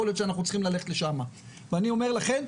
להיות שאנחנו צריכים ללכת לשמה ואני אומרת לכם,